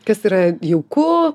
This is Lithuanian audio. kas yra jauku